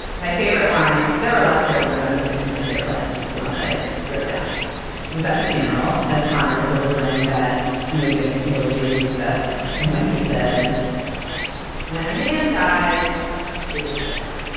my favorite line. there are lots of airlines i don't if this is my favorite line but this is the one they wrote down with at the funeral as connor is delivering that moving eulogy as we discussed and when he says when a man dies it is sad